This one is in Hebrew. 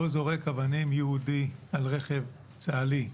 או זורק אבנים יהודי על רכב צה"לי,